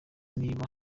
niba